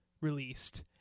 released